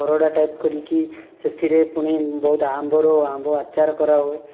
Barada type କରିକି ସେଥିରେ ପୁଣି ବହୁତ ଆମ୍ବର ଆମ୍ବ ଆଚାର କରାହୁଏ